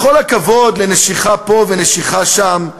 בכל הכבוד לנשיכה פה ונשיכה שם,